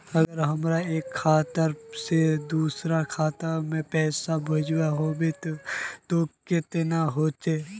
अगर हमरा एक खाता से दोसर खाता में पैसा भेजोहो के है तो केना होते है?